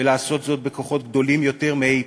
ולעשות זאת בכוחות גדולים מאי-פעם.